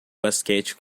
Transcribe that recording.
basquete